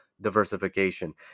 diversification